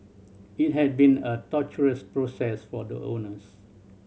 it had been a torturous process for the owners